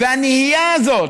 הנהייה הזאת,